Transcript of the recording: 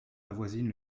avoisinent